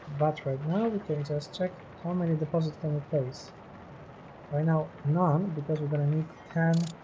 but right now we can just check how many deposits on your face right now none because we're gonna need ten